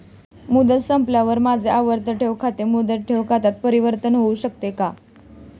मुदत संपल्यावर माझे आवर्ती ठेव खाते मुदत ठेव खात्यात परिवर्तीत होऊ शकते का?